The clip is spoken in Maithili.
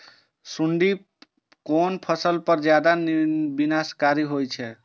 सुंडी कोन फसल पर ज्यादा विनाशकारी होई छै?